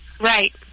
Right